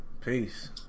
Peace